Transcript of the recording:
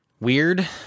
weird